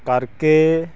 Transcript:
ਕਰਕੇ